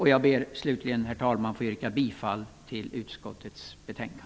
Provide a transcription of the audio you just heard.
Jag ber slutligen, herr talman, att få yrka bifall till utskottets hemställan.